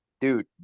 Dude